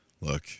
look—